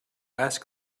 ask